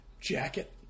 jacket